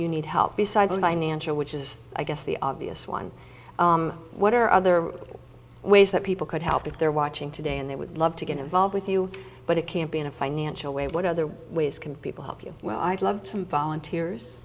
you need help besides financial which is i guess the obvious one what are other ways that people could help if they're watching today and they would love to get involved with you but it can't be in a financial way what other ways can people help you well i'd love some volunteers